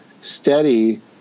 steady